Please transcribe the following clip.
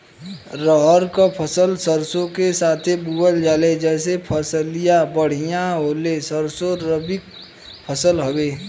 रहर क फसल सरसो के साथे बुवल जाले जैसे फसलिया बढ़िया होले सरसो रबीक फसल हवौ